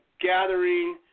gathering